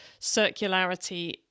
circularity